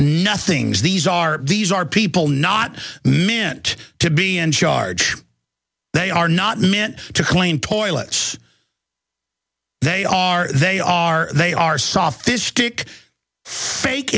nothings these are these are people not meant to be in charge they are not meant to claim toilets they are they are they are soft this stick fake